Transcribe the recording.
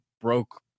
broke